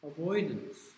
avoidance